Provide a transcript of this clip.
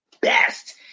best